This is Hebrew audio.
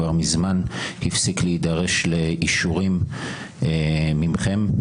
כבר מזמן הפסיק להידרש לאישורים מכם.